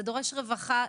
זה דורש רווחה.